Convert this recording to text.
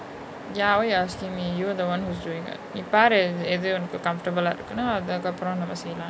ya why asking me you are the one who is doing [what] நீ பாரு எது ஒனக்கு:nee paaru ethu onaku comfortable ah இருக்குனு அதுகப்ரோ நம்ம செய்யலா:irukunu athukapro namma seiyalaa